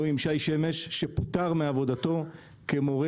במילואים שי שמש שפוטר מעבודתו כמורה